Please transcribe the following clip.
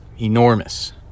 Enormous